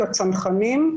לצנחנים,